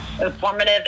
informative